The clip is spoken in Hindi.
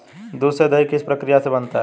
दूध से दही किस प्रक्रिया से बनता है?